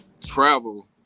travel